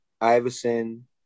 Iverson